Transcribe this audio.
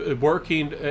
working